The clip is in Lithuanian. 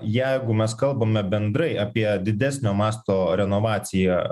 jeigu mes kalbame bendrai apie didesnio masto renovaciją